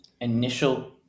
initial